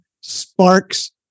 sparks